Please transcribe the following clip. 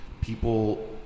people